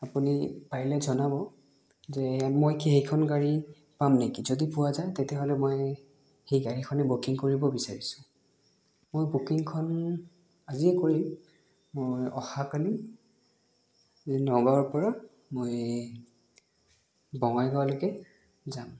আপুনি পাৰিলে জনাব যে মই কি সেইখন গাড়ী পাম নেকি যদি পোৱা যায় তেতিয়াহ'লে মই সেই গাড়ীখনে বুকিং কৰিব বিচাৰিছোঁ মই বুকিংখন আজিয়ে কৰিম মই অহাকালি নগাঁৱৰ পৰা মই বঙাইগাঁৱলৈকে যাম